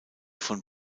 von